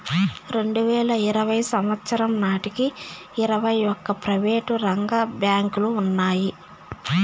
రెండువేల ఇరవై సంవచ్చరం నాటికి ఇరవై ఒక్క ప్రైవేటు రంగ బ్యాంకులు ఉన్నాయి